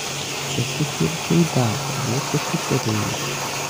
čia tik ir zuidavo vokiečių kareiviai